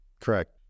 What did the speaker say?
correct